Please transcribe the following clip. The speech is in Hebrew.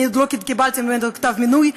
אני עוד לא קיבלתי ממנו כתב מינוי.